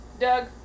Doug